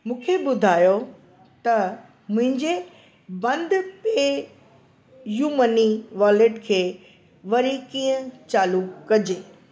मूंखे ॿुधायो त मुंहिंजे बंदि पे यू मनी वॉलेट खे वरी कीअं चालू कजे